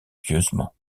pieusement